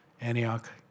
Antioch